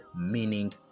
meaning